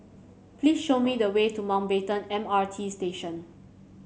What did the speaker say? please show me the way to Mountbatten M R T Station